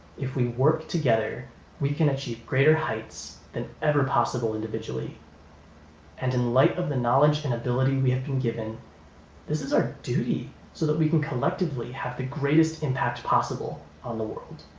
if we work together we can achieve greater heights than ever possible individually and in light of the knowledge and ability we have been given this is our duty so that we can collectively have the greatest impact possible on the world.